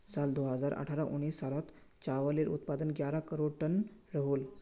साल दो हज़ार अठारह उन्नीस सालोत चावालेर उत्पादन ग्यारह करोड़ तन रोहोल